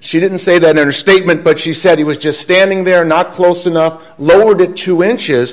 she didn't say that understatement but she said he was just standing there not close enough lower to two inches